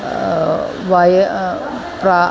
वय प्र